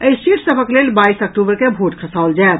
एहि सीट सभक लेल बाईस अक्टूबर के भोट खसाओल जायत